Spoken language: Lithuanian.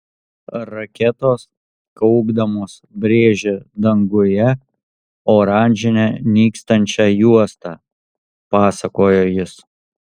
raketos kaukdamos brėžė danguje oranžinę nykstančią juostą pasakojo jis